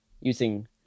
using